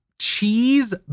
cheese